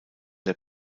der